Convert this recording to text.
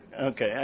Okay